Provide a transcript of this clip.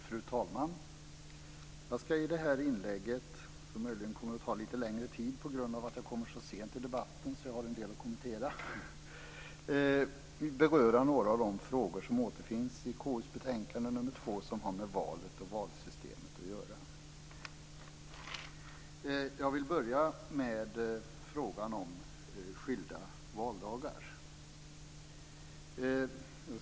Fru talman! Jag ska i det här inlägget - som möjligen kan ta lite längre tid eftersom min sena plats i debatten ger mig mer att kommentera - beröra några av de frågor som återfinns i KU:s betänkande nr 2 Jag vill börja med frågan om skilda valdagar.